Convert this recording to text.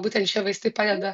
būtent šie vaistai padeda